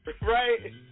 Right